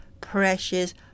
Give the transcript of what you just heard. precious